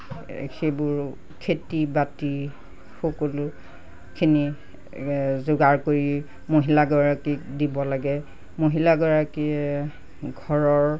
সেইবোৰ খেতি বাতি সকলোখিনি যোগাৰ কৰি মহিলাগৰাকীক দিব লাগে মহিলাগৰাকীয়ে ঘৰৰ